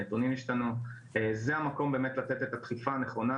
הנתונים השתנו וזה המקום באמת לתת את הדחיפה הנכונה